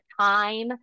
time